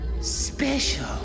special